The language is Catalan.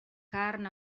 carn